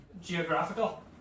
geographical